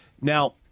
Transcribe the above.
Now